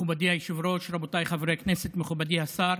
מכובדי היושב-ראש, רבותיי חברי הכנסת, מכובדי השר,